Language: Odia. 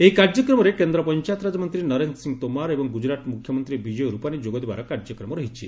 ଏହି କାର୍ଯ୍ୟକ୍ରମରେ କେନ୍ଦ୍ର ପଞ୍ଚାୟତରାଜ ମନ୍ତ୍ରୀ ନରେନ୍ଦ୍ର ସିଂ ତୋମର ଏବଂ ଗ୍ରଜରାତ୍ ମ୍ରଖ୍ୟମନ୍ତ୍ରୀ ବିଜୟ ରୂପାନୀ ଯୋଗ ଦେବାର କାର୍ଯ୍ୟକ୍ରମ ରହିଛି